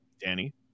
Danny